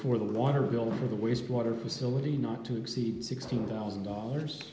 for the water bill for the waste water facility not to exceed sixteen thousand dollars